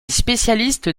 spécialiste